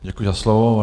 Děkuji za slovo.